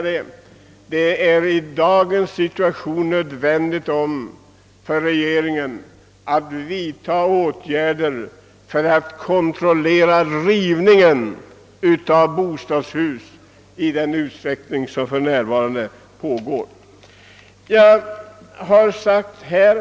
Det är också nödvändigt för regeringen att vidta åtgärder för att kunna kontrollera den rivning av bostadshus som för närvarande pågår i mycket stor utsträckning.